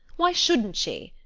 why shouldn't she?